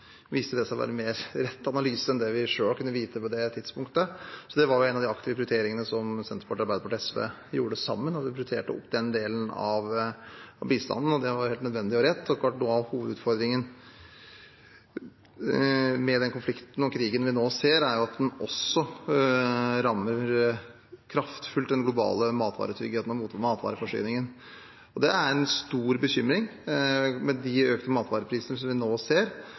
det seg å være en mer rett analyse enn det vi selv kunne vite på det tidspunktet. Det var en av de aktive prioriteringene som Senterpartiet, Arbeiderpartiet og SV gjorde sammen, da vi prioriterte opp den delen av bistanden, og det var helt nødvendig og rett. Det er klart at noe av hovedutfordringen med den konflikten og krigen vi nå ser, er at den også kraftfullt rammer den globale matvaretryggheten og matvareforsyningen, og det er en stor bekymring. De økte matvareprisene vi nå ser,